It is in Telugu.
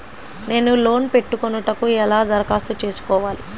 నేను లోన్ పెట్టుకొనుటకు ఎలా దరఖాస్తు చేసుకోవాలి?